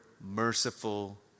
merciful